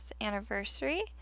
anniversary